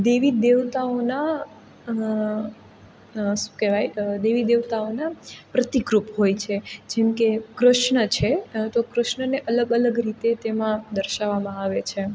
દેવી દેવતાઓના શું કહેવાય દેવી દેવતાઓના પ્રતીકરૂપ હોય છે જેમ કે કૃષ્ણ છે તો કૃષ્ણને અલગ અલગ રીતે તેમાં દર્શાવવામાં આવે છે